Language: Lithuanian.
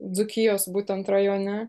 dzūkijos būtent rajone